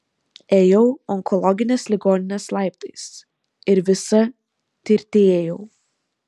ėjau onkologinės ligoninės laiptais ir visa tirtėjau